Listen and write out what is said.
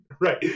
Right